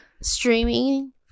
streaming